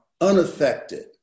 unaffected